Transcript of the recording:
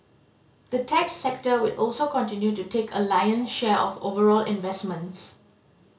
the tech sector will also continue to take a lion's share of overall investments